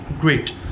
Great